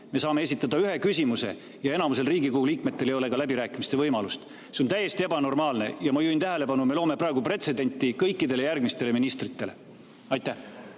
me saame esitada ühe küsimuse ja enamusel Riigikogu liikmetel ei ole ka läbirääkimiste võimalust. See on täiesti ebanormaalne. Ja ma juhin tähelepanu sellele, et me loome praegu pretsedenti kõikidele järgmistele ministritele. Aitäh!